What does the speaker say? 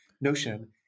notion